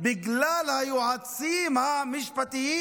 בגלל היועצים המשפטיים?